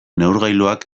neurgailuak